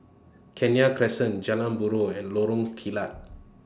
Kenya Crescent Jalan Buroh and Lorong Kilat